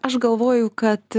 aš galvoju kad